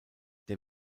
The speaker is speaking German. der